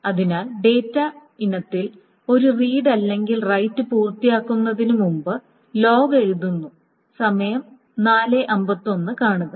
അതിനാൽ ഡാറ്റ ഇനത്തിൽ ഒരു റീഡ് അല്ലെങ്കിൽ റൈററ് പൂർത്തിയാക്കുന്നതിന് മുമ്പ് ലോഗ് എഴുതുന്നു സമയം 0451 കാണുക